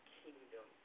kingdom